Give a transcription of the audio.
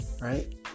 right